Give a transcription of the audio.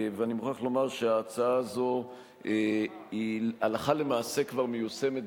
אני מוכרח לומר שההצעה הזאת הלכה למעשה כבר מיושמת